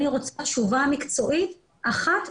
אני רוצה תשובה מקצועית אחת.